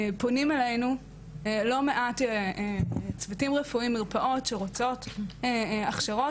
פונים אלינו לא מעט צוותים רפואיים ומרפאות שרוצות הכשרות,